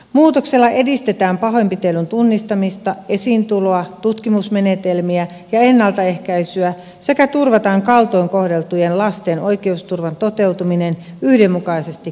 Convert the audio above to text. muutoksella edistetään pahoinpitelyn tunnistamista esiintuloa tutkimusmenetelmiä ja ennaltaehkäisyä sekä turvataan kaltoin kohdeltujen lasten oikeusturvan toteutuminen yhdenmukaisesti koko maassa